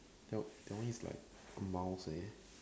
to to me is like a mouse eh